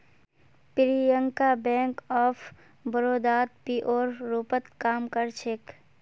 Priyanka bank of बड़ौदात पीओर रूपत काम कर छेक